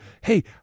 Hey